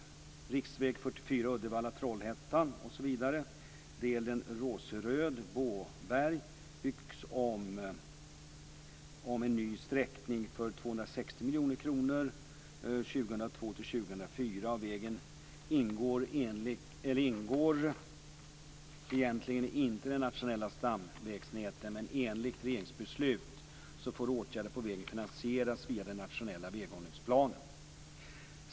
I fråga om riksväg 44 Uddevalla-Trollhättan osv. byggs delen Råsseröd-Båberg om i ny sträckning för 260 miljoner kronor år 2002-2004, och vägen ingår egentligen inte i det nationella stamvägnätet, men enligt regeringsbeslut får åtgärder på vägen finansieras via den nationella väghållningsplanen.